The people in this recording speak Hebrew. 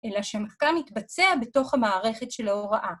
אלא שהמחקר מתבצע בתוך המערכת של ההוראה.